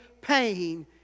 pain